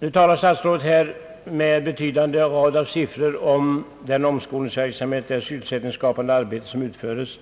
Herr statsrådet talade här med en betydande rad av siffror om den omskolningsverksamhet och det sysselsättningsskapande arbete som utföres.